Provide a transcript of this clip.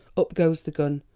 up goes the gun,